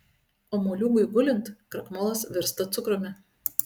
o moliūgui gulint krakmolas virsta cukrumi